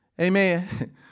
Amen